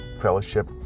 fellowship